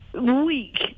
weak